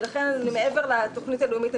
לכן מעבר לתכנית הלאומית,